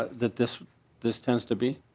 that this this tends to be?